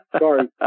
Sorry